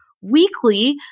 weekly